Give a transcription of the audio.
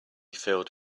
filled